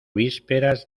vísperas